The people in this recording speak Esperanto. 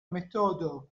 metodo